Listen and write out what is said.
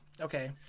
Okay